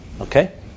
Okay